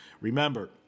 Remember